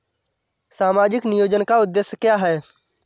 सामाजिक नियोजन का उद्देश्य क्या है?